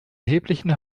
erheblichen